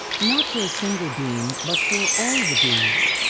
not for a single beam but for all the beams!